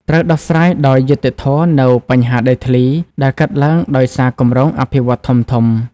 ត្រូវដោះស្រាយដោយយុត្តិធម៌នូវ បញ្ហាដីធ្លី ដែលកើតឡើងដោយសារគម្រោងអភិវឌ្ឍន៍ធំៗ។